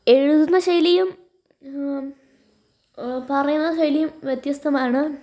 എഴുതുന്ന ശൈലിയും പറയുന്ന ശൈലിയും വ്യത്യസ്തമാണ്